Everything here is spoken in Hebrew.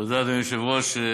תודה, אדוני היושב-ראש.